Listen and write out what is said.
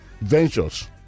ventures